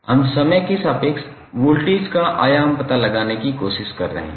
हम समय के सापेक्ष वोल्टेज का आयाम पता लगाने की कोशिश कर रहे हैं